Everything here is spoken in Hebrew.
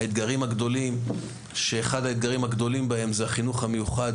האתגרים הגדולים שאחד מהם הוא החינוך המיוחד